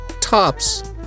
tops